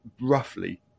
roughly